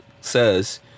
says